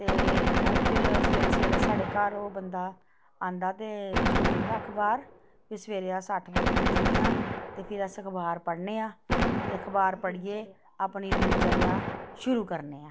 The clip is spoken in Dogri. ते ओह् फेर सवेरे सवेरे साढ़े घर ओह् बंदा आंदा ते छोड़ी जंदा अखबार ते सवेरे अस अट्ठ बजे उट्ठने आं ते फेर अस अखबार पढ़ने आं ते अखबार पढ़ियै अपनी दिनचर्या शुरू करने आं